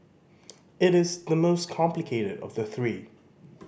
it is the most complicated of the three